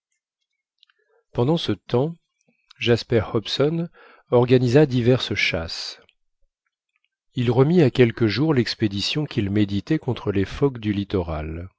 pendant ce temps jasper hobson organisa diverses chasses il remit à quelques jours l'expédition qu'il méditait contre les phoques du littoral